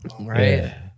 Right